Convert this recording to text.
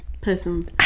person